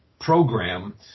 program